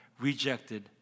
rejected